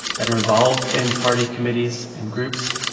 that are involved in party committees and groups,